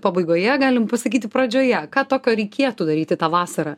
pabaigoje galim pasakyti pradžioje ką tokio reikėtų daryti tą vasarą